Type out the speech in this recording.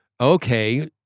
okay